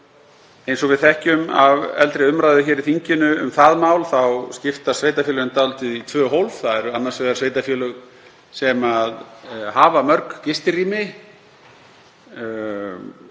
Eins og við þekkjum af eldri umræðu hér í þinginu um það mál skiptast sveitarfélögin dálítið í tvö hólf. Það eru annars vegar sveitarfélög sem hafa mörg gistirými